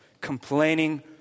complaining